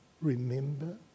Remember